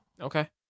Okay